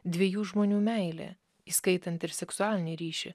dviejų žmonių meilė įskaitant ir seksualinį ryšį